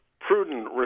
prudent